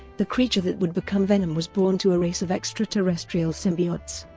the creature that would become venom was born to a race of extraterrestrial symbiotes,